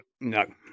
No